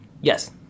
Yes